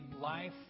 life